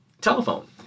telephone